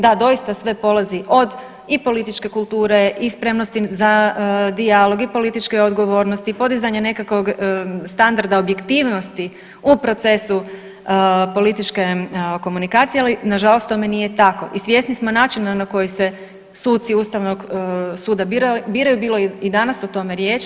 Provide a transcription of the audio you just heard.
Da, doista sve polazi od i političke kulture i spremnosti za dijalog i političke odgovornosti i podizanja nekakvog standarda objektivnosti u procesu političke komunikacije, ali nažalost tome nije tako i svjesni smo načina na koji se suci ustavnog suda biraju, bilo je i danas o tome riječ.